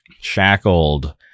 Shackled